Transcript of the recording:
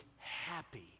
happy